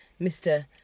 Mr